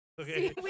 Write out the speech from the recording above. Okay